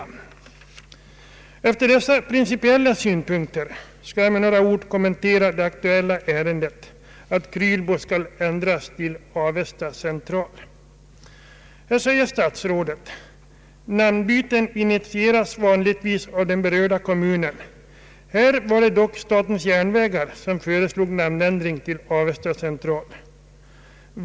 Efter att ha anfört dessa principiella synpunkter skall jag med några ord kommentera det aktuella ärendet, nämligen att Krylbo skall ändras till Avesta central. Statsrådet säger: »Namnbyten på stationer initieras vanligtvis av den berörda kommunen.» I detta fall var det dock statens järnvägar som föreslog namnändring till Avesta central.